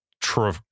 true